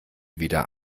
wieder